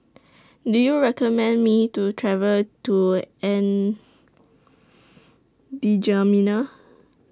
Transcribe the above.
Do YOU recommend Me to travel to N'Djamena